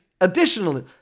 Additionally